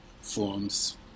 forms